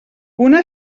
una